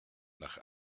nach